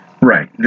Right